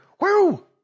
Woo